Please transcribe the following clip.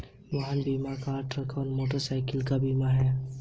वाहन बीमा car, truck और मोटरसाइकिल का बीमा है